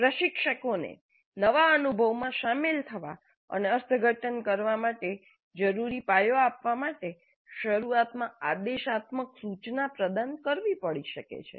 પ્રશિક્ષકોને નવા અનુભવમાં શામેલ થવા અને અર્થઘટન કરવા માટે જરૂરી પાયો પૂર્વશરત જ્ઞાન આપવા માટે શરૂઆતમાં આદેશાત્મક સૂચના પ્રદાન કરવી પડી શકે છે